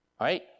right